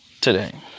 today